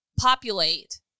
populate